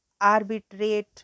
arbitrate